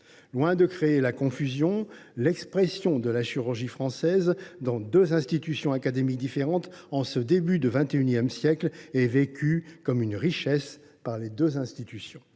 Loin de créer la confusion, l’expression de la chirurgie française dans deux institutions académiques différentes en ce début de XXI siècle est vécue comme une richesse par les deux institutions.